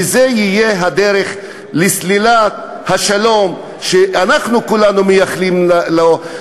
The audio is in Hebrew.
וזו תהיה הדרך לסלילת השלום שאנחנו כולנו מייחלים לו,